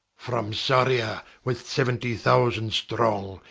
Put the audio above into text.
from soria with seventy thousand strong,